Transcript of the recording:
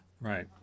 right